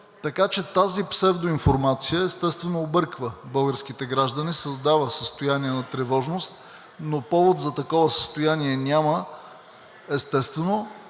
Така че тази псевдоинформация, естествено, обърква българските граждани, създава състояние на тревожност, но повод за такова състояние няма. Естествено,